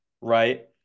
right